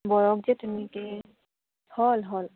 যে তেনেকে হ'ল হ'ল